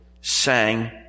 sang